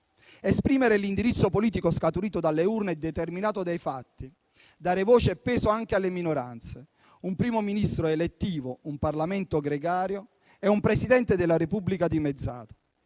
esprimere l'indirizzo politico scaturito dalle urne e determinato dei fatti, dare voce e peso anche alle minoranze. Prevede inoltre un Primo Ministro elettivo, un Parlamento gregario e un Presidente della Repubblica dimezzato.